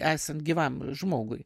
esant gyvam žmogui